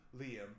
Liam